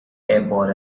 airport